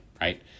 Right